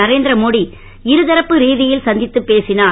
நரேந்திரமோடி இருதரப்பு ரீதியில் சந்தித்துப் பேசினார்